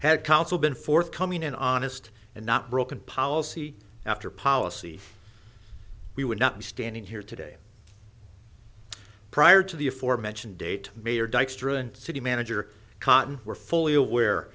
had council been forthcoming and honest and not broken policy after policy we would not be standing here today prior to the aforementioned date mayor dykstra and city manager cotton were fully aware